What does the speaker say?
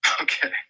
Okay